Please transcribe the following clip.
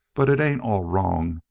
but it ain't all wrong.